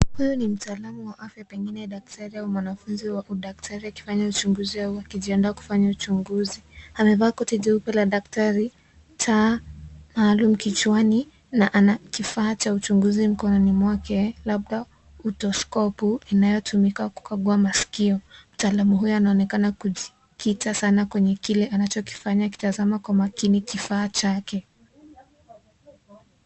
Huyu ni mtaalamu wa afya, pengine daktari au mwanafunzi wa udaktari, akifanya uchunguzi au akijiandaa kufanya uchunguzi. Amevaa koti jeupe la daktari, taa maalum kichwani na ana kifaa cha uchunguzi mkononi mwake, labda utoskopu inayotumika kukagua masikio. Mtaalamu huyo anaonekana kujikita sana kwa kile anachofanya. Akitazama kwa makini kifaa chake.